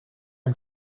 him